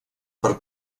per